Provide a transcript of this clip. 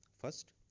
first